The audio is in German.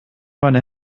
meine